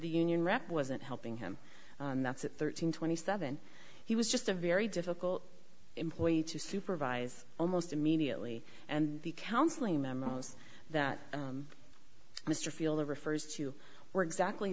the union rep wasn't helping him and that's a thirteen twenty seven he was just a very difficult employee to supervise almost immediately and the counseling memos that mr fielder refers to were exactly